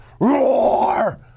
Roar